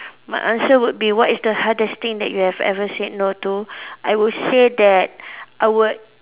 my answer would be what is the hardest thing that you have ever said no to I would say that I would